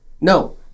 No